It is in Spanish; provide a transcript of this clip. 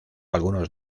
algunos